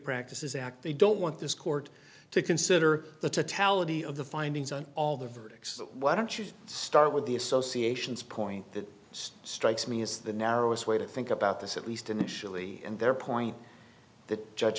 practices act they don't want this court to consider the talent of the findings on all the verdicts so why don't you start with the associations point that strikes me as the narrowest way to think about this at least initially and their point that judge